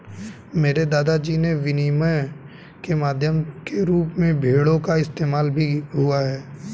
मेरे दादा जी ने विनिमय के माध्यम के रूप में भेड़ों का इस्तेमाल भी किया हुआ है